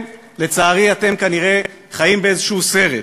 ולצערי, אתם כנראה חיים באיזה סרט,